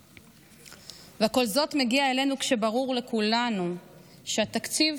וכל זה מגיע אלינו כשברור לכולנו שהתקציב